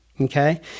okay